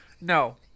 No